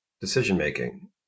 decision-making